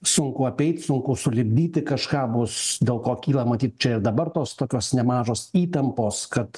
sunku apeit sunku sulipdyti kažką bus dėl ko kyla matyt čia ir dabar tos tokios nemažos įtampos kad